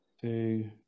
Two